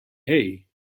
hey